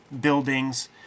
buildings